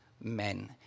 men